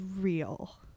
real